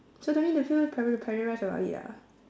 so don't need to feel para~ paralysed about it ah